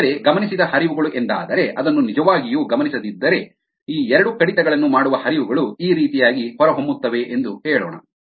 ಅದು ಇದ್ದರೆ ಗಮನಿಸಿದ ಹರಿವುಗಳು ಎಂದಾದರೆ ಅದನ್ನು ನಿಜವಾಗಿಯೂ ಗಮನಿಸದಿದ್ದರೆ ಈ ಎರಡು ಕಡಿತಗಳನ್ನು ಮಾಡುವ ಹರಿವುಗಳು ಈ ರೀತಿಯಾಗಿ ಹೊರಹೊಮ್ಮುತ್ತವೆ ಎಂದು ಹೇಳೋಣ